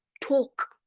talk